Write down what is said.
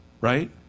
right